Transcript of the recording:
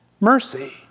mercy